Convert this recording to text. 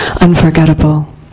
unforgettable